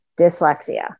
dyslexia